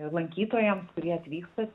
lankytojams kurie atvyksta